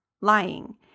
lying